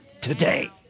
today